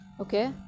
okay